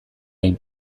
hain